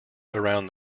around